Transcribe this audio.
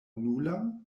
nula